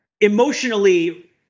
emotionally